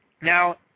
Now